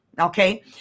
Okay